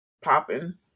popping